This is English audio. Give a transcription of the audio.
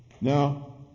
Now